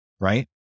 Right